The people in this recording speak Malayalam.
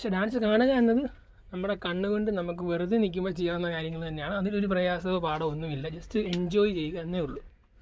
പക്ഷേ ഡാൻസ് കാണുക എന്നത് നമ്മുടെ കണ്ണ് കൊണ്ട് നമുക്ക് വെറുതെ നിൽക്കുമ്പം ചെയ്യാവുന്ന കാര്യങ്ങൾ തന്നെയാണ് അതിലൊരു പ്രയാസമോ പാടോ ഒന്നുമില്ല ജസ്റ്റ് എൻജോയ് ചെയ്യുക എന്നേ ഉള്ളൂ